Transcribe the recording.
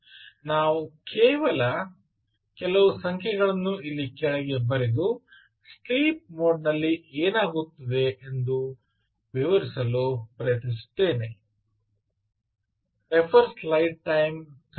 ನಾವು ಕೆಲವು ಸಂಖ್ಯೆಗಳನ್ನು ಇಲ್ಲಿ ಕೆಳಗೆ ಬರೆದು ಸ್ಲೀಪ್ ಮೋಡ್ ನಲ್ಲಿ ಏನಾಗುತ್ತದೆ ಎಂದು ವಿವರಿಸಲು ಪ್ರಯತ್ನಿಸುತ್ತೇನೆ